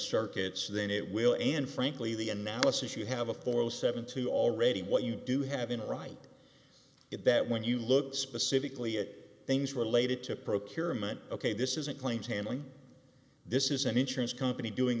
circuits then it will and frankly the analysis you have a four zero seven two already what you do have in a right it that when you look at specifically it things related to procurement ok this isn't planes handling this is an insurance company doing